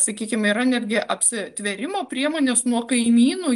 sakykim yra netgi apsitvėrimo priemonės nuo kaimynų